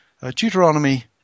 Deuteronomy